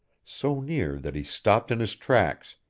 so near that he stopped in his tracks,